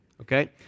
okay